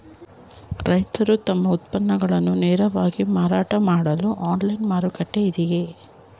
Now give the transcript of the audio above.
ರೈತರು ತಮ್ಮ ಉತ್ಪನ್ನಗಳನ್ನು ನೇರವಾಗಿ ಮಾರಾಟ ಮಾಡಲು ಆನ್ಲೈನ್ ಮಾರುಕಟ್ಟೆ ಇದೆಯೇ?